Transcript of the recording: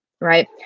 right